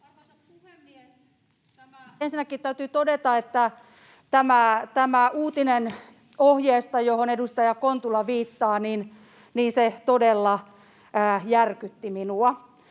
Ensinnäkin täytyy todeta, että tämä uutinen ohjeesta, johon edustaja Kontula viittaa, todella järkytti minua.